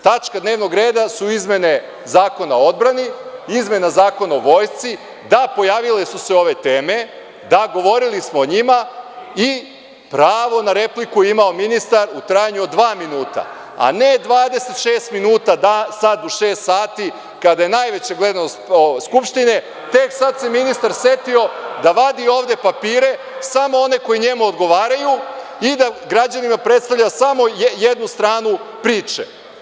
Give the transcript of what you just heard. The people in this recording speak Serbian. Tačke dnevnog reda su izmene Zakona o odbrani i izmene Zakona o vojsci, da pojavile su se ove teme, da govorili smo o njima i pravo na repliku imao ministar u trajanju od dva minuta, a ne 26 minuta sada u šest sati kada je najveća gledanost Skupštine, tek sad se ministar setio da vadi ovde papire, samo one koji njemu odgovaraju i da građanima predstavlja samo jednu stranu priče.